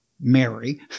Mary